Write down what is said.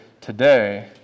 today